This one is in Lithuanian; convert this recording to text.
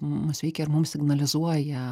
mus veikia ir mum signalizuoja